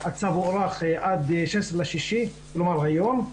הצו הוארך עד ה-16 ביוני, כלומר היום.